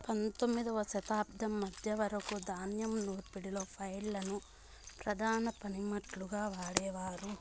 పందొమ్మిదవ శతాబ్దం మధ్య వరకు ధాన్యం నూర్పిడిలో ఫ్లైల్ ను ప్రధాన పనిముట్టుగా వాడేవారు